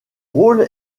rôle